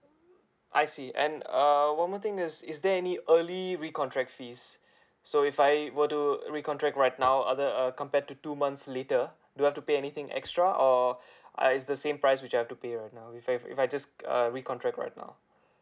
I see and err one more thing is is there any early recontract fees so if I were to recontract right now other uh compared to two months later do I have to pay anything extra or uh is the same price which I have to pay right now if I if I just err recontract right now